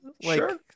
Sure